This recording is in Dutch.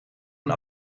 een